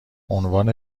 عنوان